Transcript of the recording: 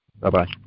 Bye-bye